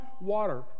water